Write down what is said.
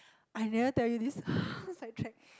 I never tell you this side track